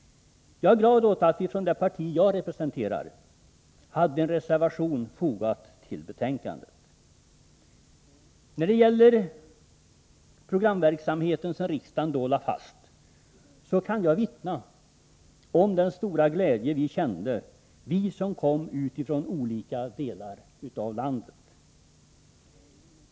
Jag är glad åt att vi från det parti jag representerar hade en reservation fogad till betänkandet. När det gäller den programverksamhet som riksdagen då lade fast, kan jag vittna om den stora glädje vi som kom utifrån olika delar av landet kände.